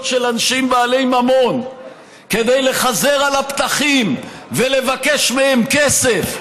של אנשים בעלי ממון כדי לחזר על הפתחים ולבקש מהם כסף,